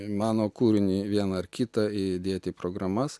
į mano kūrinį vieną ar kitą įdėti programas